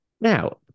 Now